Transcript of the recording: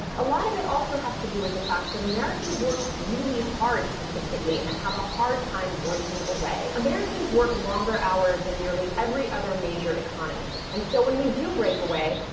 a lot of it also has to do with the fact that americans work really hard statistically, and have a hard time breaking away. americans work longer hours than nearly every other major economy. and so when we do break away,